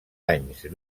anys